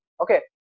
Okay